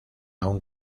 aún